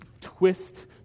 twist